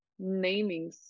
namings